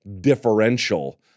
differential